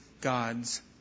God's